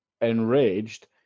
enraged